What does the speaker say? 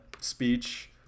speech